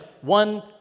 one